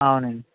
అవునండి